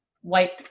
white